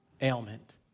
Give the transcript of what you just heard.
ailment